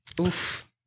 Oof